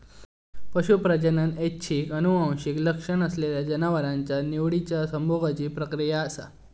पशू प्रजनन ऐच्छिक आनुवंशिक लक्षण असलेल्या जनावरांच्या निवडिच्या संभोगाची प्रक्रिया असा